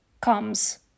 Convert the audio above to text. comes